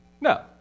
No